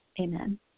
Amen